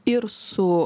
ir su